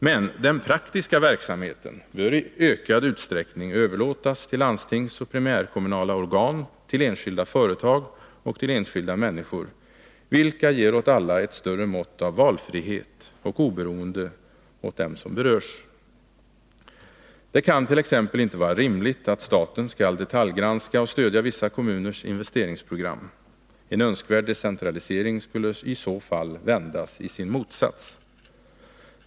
Men den praktiska verksamheten bör i ökad utsträckning överlåtas till landstingsoch primärkommunala organ, till enskilda företag och till enskilda människor, vilket ger ett större mått av valfrihet åt alla och oberoende åt dem som berörs. Det kan t.ex. inte vara rimligt att staten skall detaljgranska och stödja vissa kommuners investeringsprogram. En önskvärd decentralisering skulle i så fall vändas i sin motsats.